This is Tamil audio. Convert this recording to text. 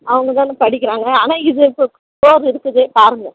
அவங்க தானே படிக்கிறாங்க ஆனால் இது இப்போ ஃபோர் இருக்குது பாருங்கள்